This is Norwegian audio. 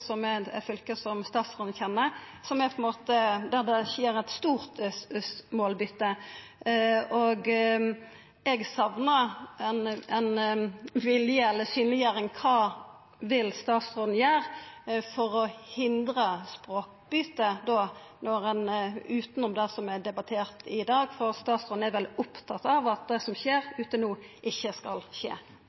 Telemark, som er eit fylke statsråden kjenner, der det skjer eit stort målbyte. Eg saknar ei synleggjering av kva statsråden vil gjera for å hindra språkbyte, utanom det som er debattert i dag, for statsråden er vel opptatt av at det som skjer ute no, ikkje skal skje?